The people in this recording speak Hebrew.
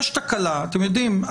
אתם יודעים,